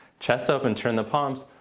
chest open, turn the palms.